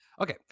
Okay